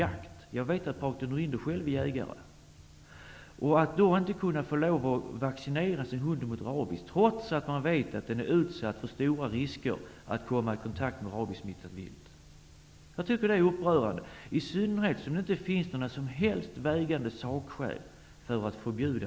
Vad jag är upprörd över är att jägare som använder hund för jakt inte får lov att vaccinera hunden mot rabies, trots att de vet att den är utsatt för stora risker och kan komma i kontakt med rabiessmittat vilt. Jag tycker att det är upprörande, i synnerhet som det inte finns några som helst sakskäl för ett förbud.